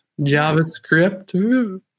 JavaScript